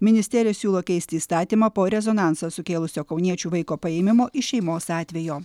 ministerija siūlo keisti įstatymą po rezonansą sukėlusio kauniečių vaiko paėmimo iš šeimos atvejo